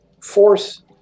force